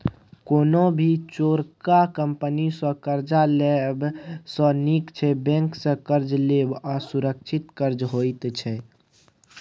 कोनो भी चोरका कंपनी सँ कर्जा लेब सँ नीक छै बैंक सँ कर्ज लेब, ओ सुरक्षित कर्ज होइत छै